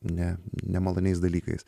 ne nemaloniais dalykais